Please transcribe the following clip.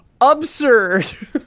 absurd